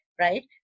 right